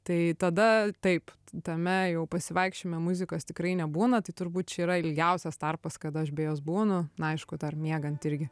tai tada taip tame jau pasivaikščiojime muzikos tikrai nebūna tai turbūt čia yra ilgiausias tarpas kada aš be jos būnu na aišku dar miegant irgi